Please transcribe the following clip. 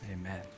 amen